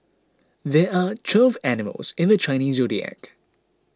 there are twelve animals in the Chinese zodiac